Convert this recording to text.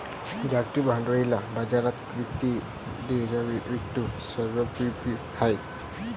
जागतिक भांडवली बाजारात वित्तीय डेरिव्हेटिव्ह सर्वव्यापी आहेत